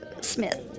Smith